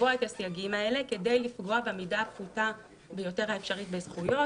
לקבוע את הסייגים האלה כדי לפגוע במידה הפחותה ביותר האפשרית בזכויות.